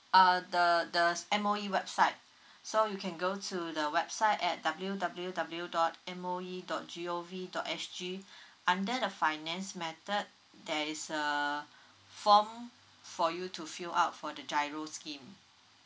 uh the the M_O_E website so you can go to the website at w w w dot M_O_E dot G O V dot S_G under the finance method there is a form for you to fill out for the GIRO scheme